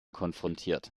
konfrontiert